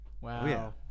Wow